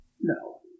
No